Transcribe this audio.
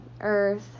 earth